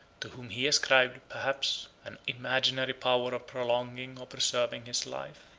to whom he ascribed, perhaps, an imaginary power of prolonging or preserving his life.